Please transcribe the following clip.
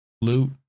Loot